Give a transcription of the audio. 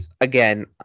again